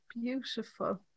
beautiful